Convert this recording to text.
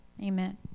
amen